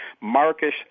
Marcus